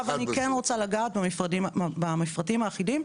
אני כן רוצה לגעת במפרטים האחידים,